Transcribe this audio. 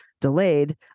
delayed